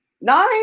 Nine